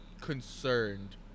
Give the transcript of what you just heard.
concerned